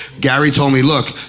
gary told me, look,